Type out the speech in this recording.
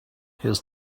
his